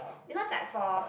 because like for